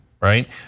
right